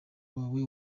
wawe